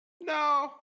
no